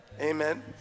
Amen